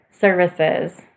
services